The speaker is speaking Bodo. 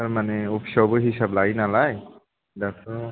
थारमाने अफिसावबो हिसाब लायो नालाय दाथ'